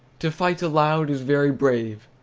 to fight aloud is very brave,